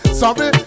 sorry